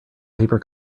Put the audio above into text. paper